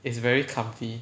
it's very comfy